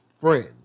friends